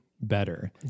better